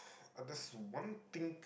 uh there's one thing